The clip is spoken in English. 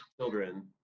children